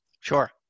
Sure